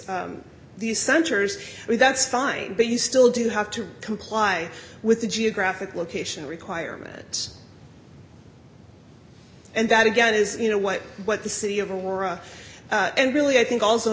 these centers that's fine but you still do have to comply with the geographic location requirements and that again is you know what what the city of aurora and really i think al